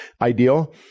ideal